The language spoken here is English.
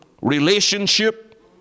relationship